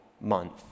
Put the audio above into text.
month